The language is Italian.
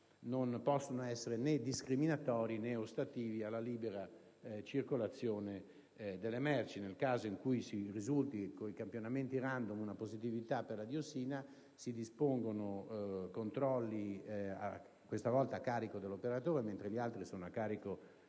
non possono essere né discriminatori né ostativi alla libera circolazione delle merci. Nel caso in cui dai campionamenti *random* risulti una positività per la diossina, si dispongono dei controlli, questa volta a carico dell'operatore (mentre gli altri sono a carico del Servizio